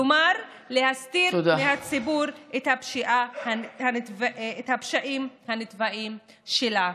כלומר להסתיר מהציבור את הפשעים הנתעבים שלה.